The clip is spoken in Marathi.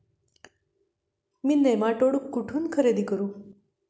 मी नेमाटोड कुठून खरेदी करू?